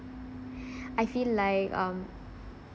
I feel like um